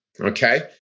Okay